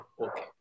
okay